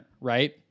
right